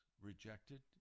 rejected